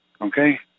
okay